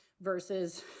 versus